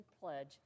pledge